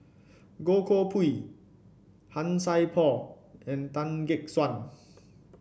Goh Koh Pui Han Sai Por and Tan Gek Suan